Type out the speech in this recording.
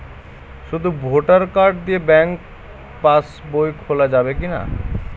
শুধু voter card দিয়ে bank pass বই খোলা যাবে কিনা?